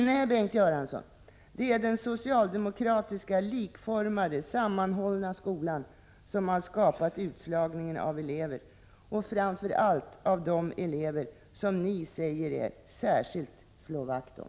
Nej, Bengt Göransson, det är den socialdemokratiska likformade, sammanhållna skolan som har skapat utslagningen av elever — och framför allt av de elever som ni säger er särskilt slå vakt om.